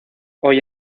hoy